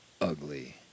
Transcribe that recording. ugly